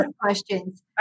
questions